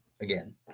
Again